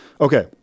Okay